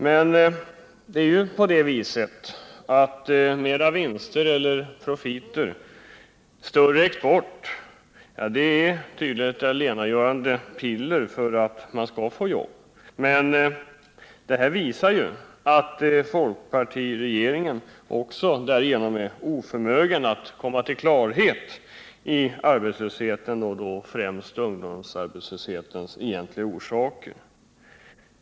Större profiter och större export är tydligen det allena saliggörande pillret för att man skall få jobb. Men detta visar också att folkpartiregeringen är oförmögen att komma underfund med arbetslöshetens, och då främst ungdomsarbetslöshetens, egentliga orsaker.